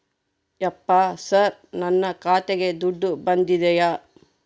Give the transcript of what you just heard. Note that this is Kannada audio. ಯಪ್ಪ ಸರ್ ನನ್ನ ಖಾತೆಗೆ ದುಡ್ಡು ಬಂದಿದೆಯ?